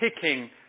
picking